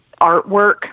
artwork